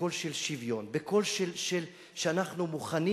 בקול של שוויון, בקול שאנחנו מוכנים